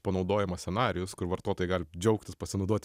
panaudojimo scenarijus kur vartotojai gali džiaugtis pasinaudoti